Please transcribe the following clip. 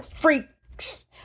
freaks